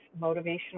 motivational